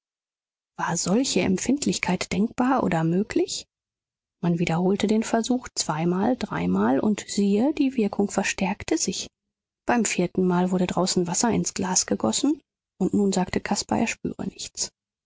war solche empfindlichkeit denkbar oder möglich man wiederholte den versuch zweimal dreimal und siehe die wirkung verstärkte sich beim viertenmal wurde draußen wasser ins glas gegossen und nun sagte caspar er spüre nichts